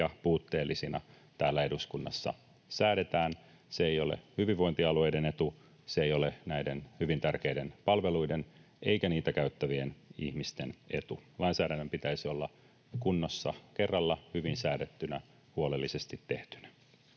ja puutteellisina täällä eduskunnassa säädetään. Se ei ole hyvinvointialueiden etu, eikä se ole näiden hyvin tärkeiden palveluiden eikä niitä käyttävien ihmisten etu. Lainsäädännön pitäisi olla kunnossa kerralla hyvin säädettynä ja huolellisesti tehtynä.